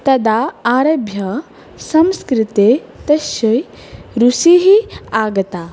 तदा आरभ्य संस्कृते तस्यै रूचिः आगता